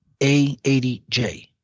A80J